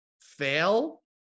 fail